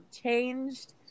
changed